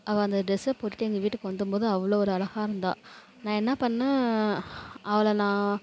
அவள் அந்த ட்ரெஸ்ஸை போட்டுட்டு எங்கள் வீட்டுக்கு வந்தம்போது அவ்வளோ ஒரு அழகா இருந்தாள் நான் என்ன பண்ணிணேன் அவளை நான்